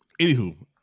anywho